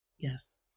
Yes